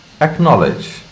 Acknowledge